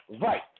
right